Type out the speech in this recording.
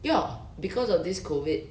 ya because of this covid